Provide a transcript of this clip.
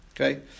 Okay